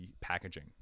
packaging